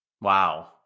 wow